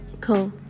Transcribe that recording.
cool